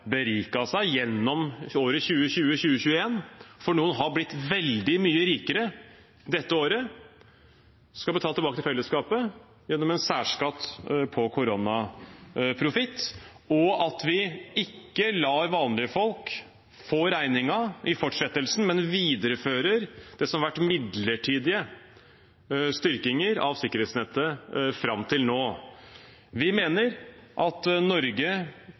seg gjennom året 2020–2021 – for noen har blitt veldig mye rikere dette året – skal betale tilbake til fellesskapet gjennom en særskatt på koronaprofitt, og at vi ikke lar vanlige folk få regningen i fortsettelsen, men viderefører det som har vært midlertidige styrkinger av sikkerhetsnettet fram til nå. Vi mener at Norge